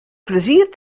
plezier